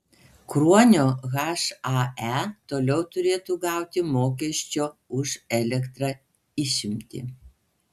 kruonio hae toliau turėtų gauti mokesčio už elektrą išimtį